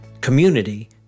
Community